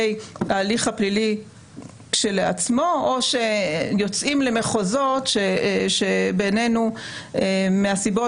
ההליך הפלילי כשלעצמו או שיוצאים למחוזות שבעינינו מהסיבות